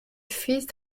fils